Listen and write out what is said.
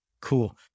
Cool